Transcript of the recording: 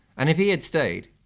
and if he had stayed,